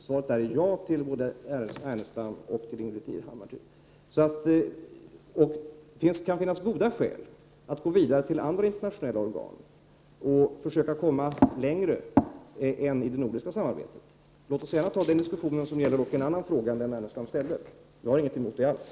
Svaret är därför ja till både Lars Ernestam och Ingbritt Irhammar. Det kan finnas goda skäl att gå vidare till andra internationella organ och försöka att komma längre än i det nordiska samarbetet. Låt oss gärna ta den diskussionen, som dock gäller en annan fråga än den som Lars Ernestam ställde. Jag har alls ingenting emot detta.